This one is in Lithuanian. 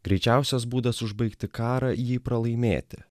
greičiausias būdas užbaigti karą jį pralaimėti